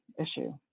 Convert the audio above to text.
issue